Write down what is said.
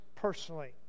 personally